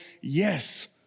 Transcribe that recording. Yes